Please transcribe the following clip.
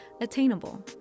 attainable